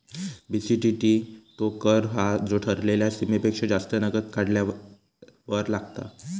BCTT तो कर हा जो ठरलेल्या सीमेपेक्षा जास्त नगद काढल्यार लागता